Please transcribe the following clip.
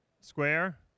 square